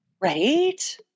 Right